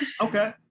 Okay